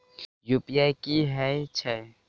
UPI की हएत छई?